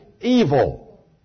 evil